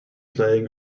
playing